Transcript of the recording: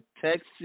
Texas